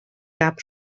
cap